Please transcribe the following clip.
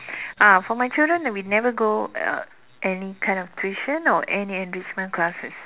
ah for my children that we never go uh any kind of tuition or any enrichment classes